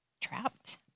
trapped